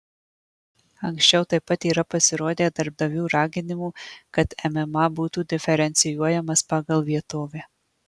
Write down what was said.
anksčiau taip pat yra pasirodę darbdavių raginimų kad mma būtų diferencijuojamas pagal vietovę